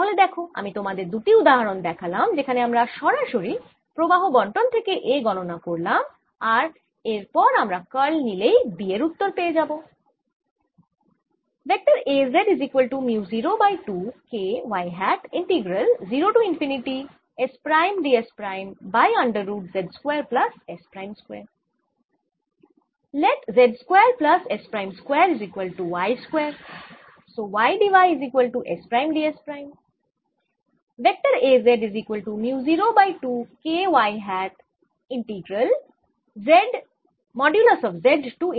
তাহলে দেখো আমি তোমাদের দুটি উদাহরণ দেখালাম যেখানে আমরা সরাসরি প্রবাহ বণ্টন থেকে A গণনা করলাম আর এর পর আমরা কার্ল নিলেই B এর উত্তর পেয়ে যাবো